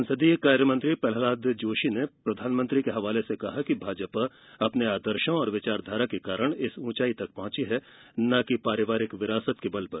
संसदीय कार्य मंत्री प्रह्लाद जोशी ने प्रधानमंत्री के हवाले से कहा कि भाजपा अपने आदर्शों और विचारधारा के कारण इस ऊंचाई तक पहुंची है न कि पारिवारिक विरासत के बल पर